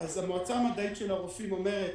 אז המועצה המדעית של הרופאים אומרת